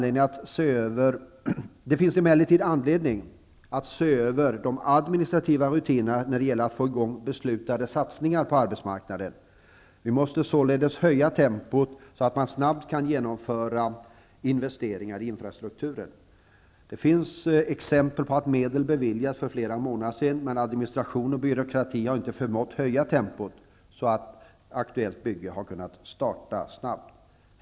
Det finns emellertid anledning att se över de administrativa rutinerna när det gäller att få i gång beslutade satsningar på arbetsmarknaden. Vi måste således höja tempot så att man snabbt kan genomföra investeringar i infrastrukturen. Det finns exempel på att medel beviljats för flera månader sedan, men administration och byråkrati har inte förmått höja tempot så att aktuellt bygge har kunnat starta snabbt.